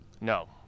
no